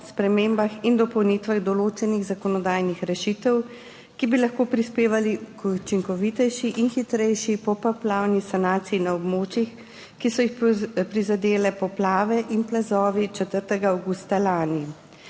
spremembah in dopolnitvah določenih zakonodajnih rešitev, ki bi lahko prispevali k učinkovitejši in hitrejši popoplavni sanaciji na območjih, ki so jih prizadele poplave in plazovi 4. avgusta lani.